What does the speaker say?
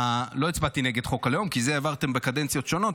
לא הצבעתי נגד חוק הלאום כי את זה העברתם בקדנציות שונות,